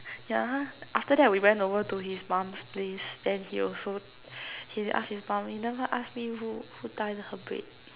ya after that we went over to his mom's place then he also he ask his mom you never ask me who who tie her braid